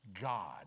god